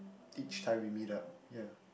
each time we meet up ya